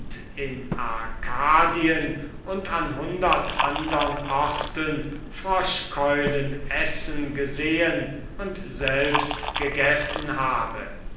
in arkadien und an hundert andern orten froschkeulen essen gesehen und selbst gegessen habe